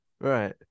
Right